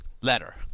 letter